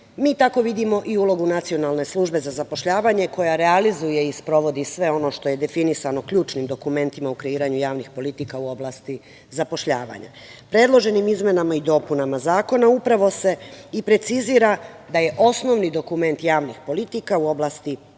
Mi tako vidimo i ulogu Nacionalne službe za zapošljavanje, koja realizuje i sprovodi sve ono što je definisano ključnim dokumentima u kreiranju javnih politika u oblasti zapošljavanja. Predloženim izmenama i dopunama Zakona upravo se i precizira da je osnovni dokument javnih politika u oblasti